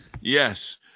Yes